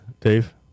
Dave